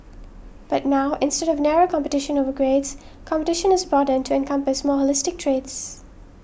but now instead of narrow competition over grades competition is broadened to encompass more holistic traits